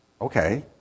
okay